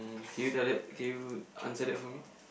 can you tell that can you answer that for me